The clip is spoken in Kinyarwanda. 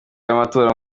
y’amatora